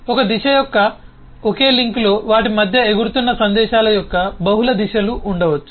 ఒక దిశ యొక్క ఒకే లింక్లో వాటి మధ్య ఎగురుతున్న సందేశాల యొక్క బహుళ దిశలు ఉండవచ్చు